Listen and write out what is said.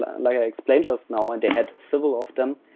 like i explained just now, and they had several of them,